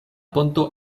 ponto